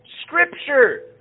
Scripture